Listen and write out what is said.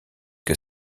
que